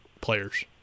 players